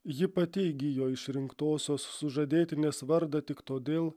ji pati įgijo išrinktosios sužadėtinės vardą tik todėl